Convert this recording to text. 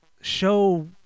show